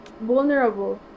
vulnerable